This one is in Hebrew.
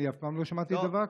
אני אף פעם לא שמעתי דבר כזה.